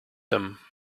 him